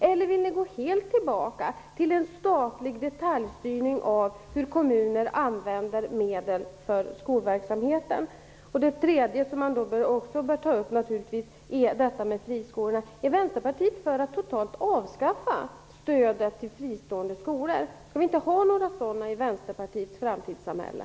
Eller vill ni gå helt tillbaka till en statlig detaljstyrning av hur kommunerna använder medlen för skolverksamheten? Jag vill också fråga om Vänsterpartiet helt vill avskaffa stödet till fristående skolor. Skall vi inte ha några sådana i Vänsterpartiets framtidssamhälle?